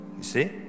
see